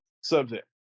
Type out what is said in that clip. subject